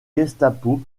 gestapo